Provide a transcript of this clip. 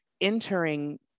entering